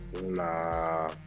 Nah